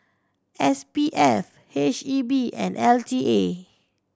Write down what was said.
S P F H E B and L T A